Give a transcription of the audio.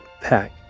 Pack